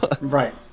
right